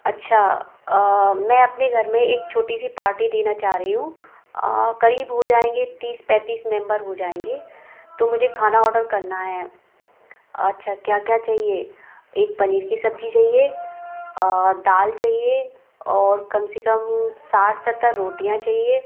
अच्छा मैं अपने घर में एक छोटी सी पार्टी देना चाह रही हूँ करीब हो जाएंगे तीस पैंतीस मेंबर हो जाएंगे तो मुझे खाना ऑडर करना है अच्छा क्या क्या चाहिए एक पनीर की सब्ज़ी चाहिए दाल चाहिए और कम से कम साठ सत्तर रोटियाँ चाहिए